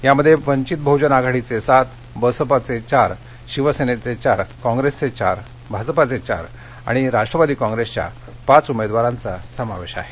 यामध्ये वंधित बहुजन आघाडीघे सात बसपाचे चार शिवसेनेचे चार काँग्रेसचे चार भाजपचे चार आणि राष्ट्रवादी काँग्रेसच्या पाच उमेदवारांचा समावेश आहे